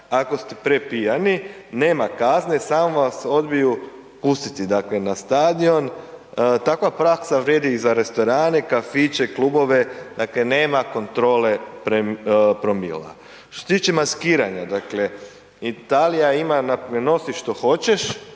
ako ste prepijani, nema kazne samo vas odbiju pustiti dakle na stadion, takva praksa vrijedi i za restorane, kafiće, klubove, dakle nema kontrole promila. Što se tiče maskiranja, dakle Italija ima nosi što hoćeš,